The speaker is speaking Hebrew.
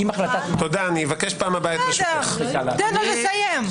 תן לו לסיים.